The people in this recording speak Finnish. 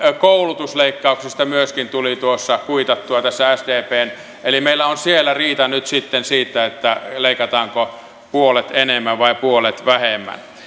koulutusleikkauksista ilmeisesti myöskin tuli kuitattua tässä sdpn mallissa eli meillä on siellä riita nyt siitä leikataanko puolet enemmän vai puolet vähemmän